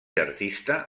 artista